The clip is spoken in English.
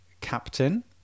Captain